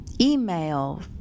email